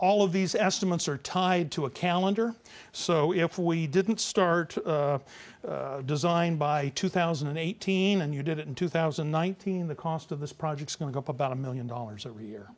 all of these estimates are tied to a calendar so if we didn't start to design by two thousand and eighteen and you did it in two thousand and nineteen the cost of this projects going up about a million dollars every year